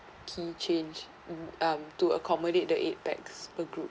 key change um to accommodate the eight pax per group